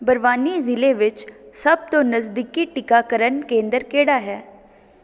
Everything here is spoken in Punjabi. ਬਰਵਾਨੀ ਜ਼ਿਲ੍ਹੇ ਵਿੱਚ ਸਭ ਤੋਂ ਨਜ਼ਦੀਕੀ ਟੀਕਾਕਰਨ ਕੇਂਦਰ ਕਿਹੜਾ ਹੈ